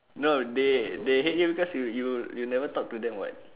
no they they hate you cause you you you never talk to them [what]